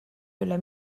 üle